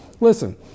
listen